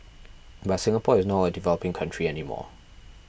but Singapore is not a developing country any more